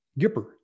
Gipper